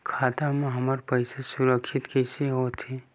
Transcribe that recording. खाता मा हमर पईसा सुरक्षित कइसे हो थे?